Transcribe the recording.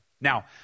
Now